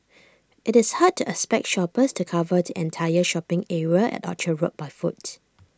it's hard to expect shoppers to cover the entire shopping area at Orchard road by foot